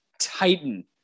titan